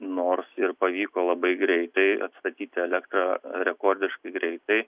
nors ir pavyko labai greitai atstatyti elektrą rekordiškai greitai